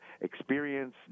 experience